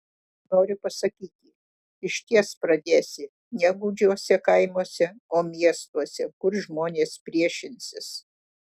noriu pasakyti išties pradėsi ne gūdžiuose kaimuose o miestuose kur žmonės priešinsis